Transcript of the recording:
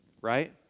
right